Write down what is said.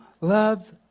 loves